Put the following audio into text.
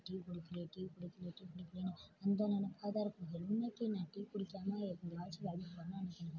tea குடிக்கலையே tea குடிக்கலையே tea குடிக்கலையேன்னு அந்த நினைப்பா தான் இருக்கும் என்னிக்கி நான் டீ குடிக்காமல் எங்கேயாச்சும் வேலைக்கு போகிறனோ அன்னிக்கு நான்